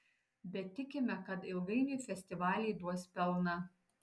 bet tikime kad ilgainiui festivaliai duos pelną